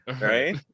right